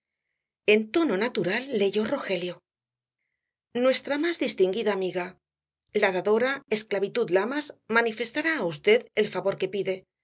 en tono natural leyó rogelio nuestra más distinguida amiga la dadora esclavitud lamas manifestará á v el favor que pide